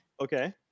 Okay